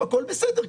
הכול אפשר לשנות.